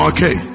Okay